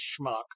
schmuck